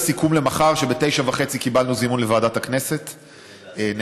שבסיכום למחר קיבלנו זימון לוועדת הכנסת ב-09:30,